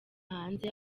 hanze